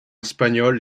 espagnols